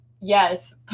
Yes